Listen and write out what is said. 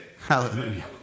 Hallelujah